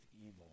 evil